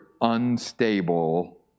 unstable